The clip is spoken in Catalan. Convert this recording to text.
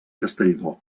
castellbò